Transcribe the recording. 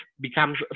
becomes